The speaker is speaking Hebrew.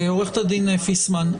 עו"ד פיסמן,